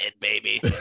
baby